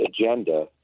agenda